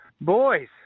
Boys